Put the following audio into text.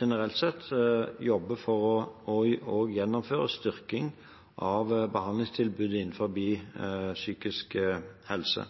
Generelt sett jobber vi for og gjennomfører styrking av behandlingstilbudet innenfor psykisk helse.